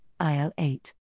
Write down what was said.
IL-8